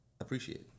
appreciate